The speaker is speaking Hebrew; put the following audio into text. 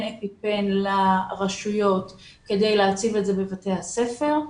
אפיפן לרשויות כדי להציב את זה בבתי הספר.